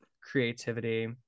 creativity